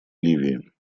ливии